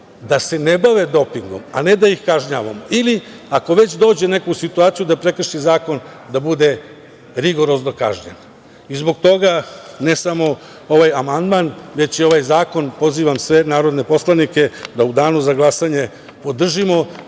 da se ne bave dopingom, a ne da ih kažnjavamo, ili ako već neko dođe u situaciju da prekrši zakon, da bude rigorozno kažnjen. Zbog toga, ne samo ovaj amandman, već i ovaj zakon, pozivam sve narodne poslanike da u danu za glasanje podržimo